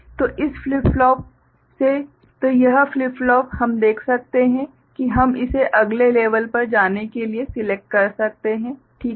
तो इस flip flop से तो यह फ्लिप फ्लॉप हम देख सकते हैं कि हम इसे अगले लेवल पर जाने के लिए सिलेक्ट कर सकते हैं ठीक है